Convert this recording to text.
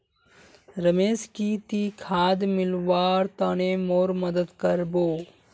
रमेश की ती खाद मिलव्वार तने मोर मदद कर बो